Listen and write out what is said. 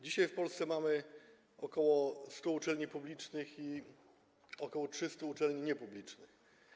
Dzisiaj w Polsce mamy ok. 100 uczelni publicznych i ok. 300 uczelni niepublicznych.